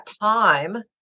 time